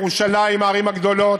את ירושלים עם הערים הגדולות.